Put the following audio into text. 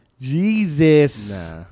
Jesus